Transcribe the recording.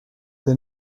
the